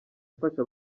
afasha